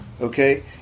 okay